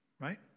right